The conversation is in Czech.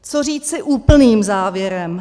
Co říci úplným závěrem.